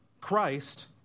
Christ